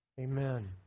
Amen